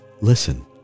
listen